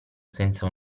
senza